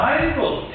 Bible